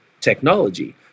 technology